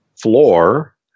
floor